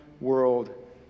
world